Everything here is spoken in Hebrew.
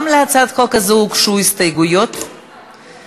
בשם יושב-ראש